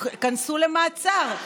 תיכנסו למעצר,